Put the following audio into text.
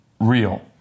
real